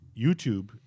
YouTube